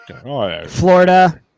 Florida